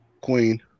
Queen